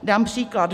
Dám příklad.